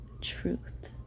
truth